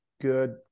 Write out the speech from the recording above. good